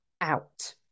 out